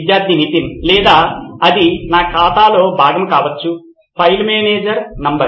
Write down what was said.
విద్యార్థి నితిన్ లేదా అది నా ఖాతాలో భాగం కావచ్చు ఫైల్ మేనేజర్ నంబరు